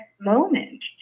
moment